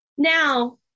Now